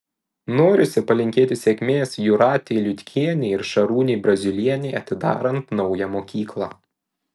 norisi palinkėti sėkmės jūratei liutkienei ir šarūnei braziulienei atidarant naują mokyklą